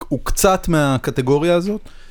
הוא קצת מהקטגוריה הזאת.